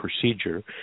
procedure